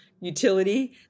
utility